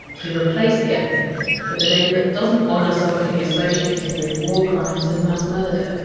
to replace the eponym with a name that doesn't honor somebody associated with war crimes and mass murder.